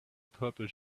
purple